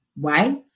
wife